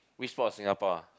which part of Singapore ah